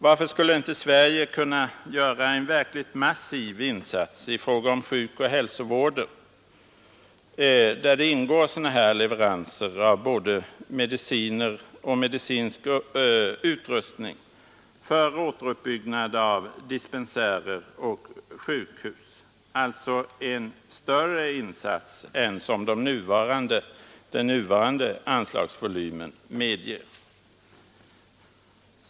Varför skulle inte Sverige kunna göra en verkligt massiv insats i fråga om sjukoch hälsovården, där det ingår sådana här leveranser av både mediciner och medicinsk utrustning för återuppbyggnad av dispensärer och sjukhus? Det skulle alltså bli en större insats än den nuvarande anslagsvolymen medger.